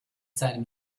seinem